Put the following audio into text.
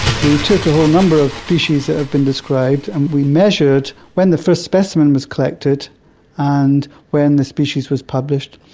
we took a whole number of species that have been described and we measured when the first specimen was collected and when the species was published.